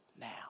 now